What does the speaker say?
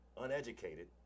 uneducated